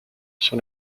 sur